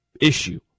issue